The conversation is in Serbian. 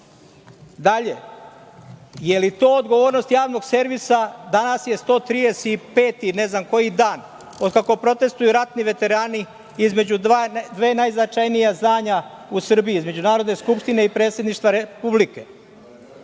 iznos. Dalje, je li to odgovornost Javnog servisa da, danas je 135 i ne znam koji dan od kako protestvuju ratni veterani između dva najznačajnija zdanja u Srbiji, između Narodne skupštine i Predsedništva Republike.